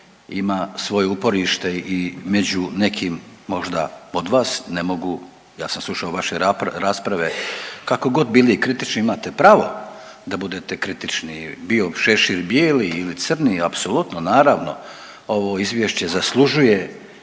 ima svoje uporište i među nekim možda od vas, ne mogu, ja sam slušao vaše rasprave kako god bili kritični imate pravo da budete kritični bio šešir bijeli ili crni apsolutno naravno ovo izvješće zaslužuje